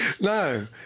No